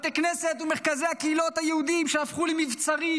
בתי כנסת ומרכזי הקהילות היהודיים הפכו למבצרים,